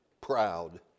proud